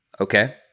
okay